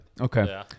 okay